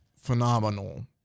phenomenal